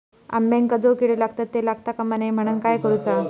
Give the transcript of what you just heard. अंब्यांका जो किडे लागतत ते लागता कमा नये म्हनाण काय करूचा?